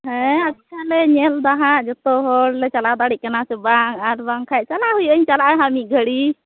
ᱦᱮᱸ ᱟᱪᱪᱷᱟᱞᱮ ᱧᱮᱞᱫᱟ ᱦᱟᱜ ᱡᱚᱛᱚ ᱦᱚᱲᱞᱮ ᱪᱟᱞᱟᱣ ᱫᱟᱲᱮᱟᱜ ᱠᱟᱱᱟ ᱥᱮ ᱵᱟᱝ ᱟᱨᱵᱟᱝ ᱠᱷᱟᱡ ᱪᱟᱞᱟᱜ ᱦᱩᱭᱩᱜᱼᱟ ᱤᱧ ᱪᱟᱞᱟᱜᱼᱟ ᱦᱟᱸᱜ ᱢᱤᱫ ᱜᱷᱟᱹᱲᱤᱡ